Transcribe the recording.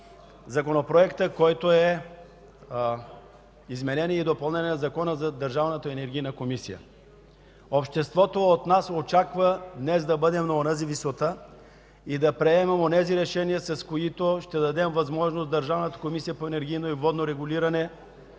законопроекта, който е изменение и допълнение на Закона за Държавната енергийна комисия. Обществото очаква от нас днес да бъдем на онази висота и да приемем онези решения, с които ще дадем възможност Държавната комисия по енергийно и водно регулиране